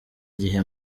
gihe